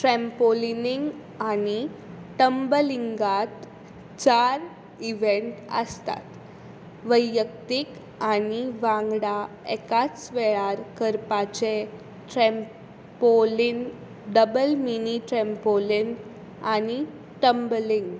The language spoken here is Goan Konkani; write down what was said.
ट्रॅम्पॉलिनिंग आनी टम्बलिंगात चार इव्हँट आसतात वैयक्तीक आनी वांगडा एकाच वेळार करपाचें ट्रॅम्पॉलीन डबल मिनी ट्रॅम्पॉलीन आनी टम्बलिंग